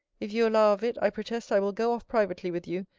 if you allow of it, i protest i will go off privately with you,